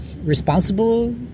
responsible